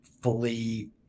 fully